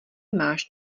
máš